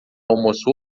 almoço